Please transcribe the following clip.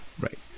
Right